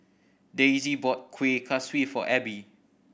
Dayse bought Kueh Kaswi for Abbey